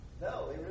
No